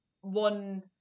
one